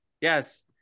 Yes